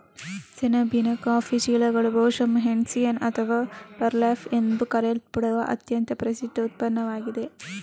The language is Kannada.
ಸೆಣಬಿನ ಕಾಫಿ ಚೀಲಗಳು ಬಹುಶಃ ಹೆಸ್ಸಿಯನ್ ಅಥವಾ ಬರ್ಲ್ಯಾಪ್ ಎಂದು ಕರೆಯಲ್ಪಡುವ ಅತ್ಯಂತ ಪ್ರಸಿದ್ಧ ಉತ್ಪನ್ನವಾಗಿದೆ